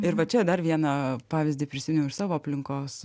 ir va čia dar vieną pavyzdį prisiminiau iš savo aplinkos